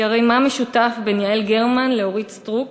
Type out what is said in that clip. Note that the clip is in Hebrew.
כי הרי מה משותף בין יעל גרמן לאורית סטרוק,